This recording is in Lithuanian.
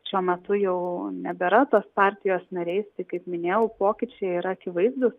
šiuo metu jau nebėra tos partijos nariais tai kaip minėjau pokyčiai yra akivaizdūs